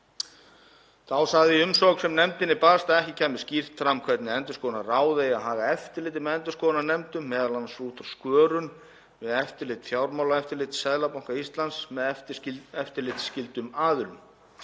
Þá sagði í umsögn sem nefndinni barst að ekki kæmi skýrt fram hvernig endurskoðendaráð eigi að haga eftirliti með endurskoðun á nefndum, m.a. út frá skörun við eftirlit Fjármálaeftirlits Seðlabanka Íslands með eftirlitsskyldum aðilum.